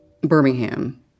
Birmingham